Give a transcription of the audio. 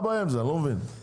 אני לא מבין מה הבעיה.